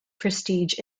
prestige